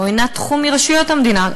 או שאינם תחום של רשויות המדינה.